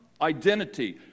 identity